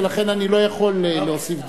ולכן אני לא יכול להוסיף דקות.